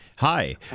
Hi